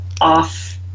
off